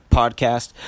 podcast